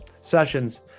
sessions